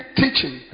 teaching